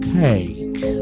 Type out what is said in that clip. cake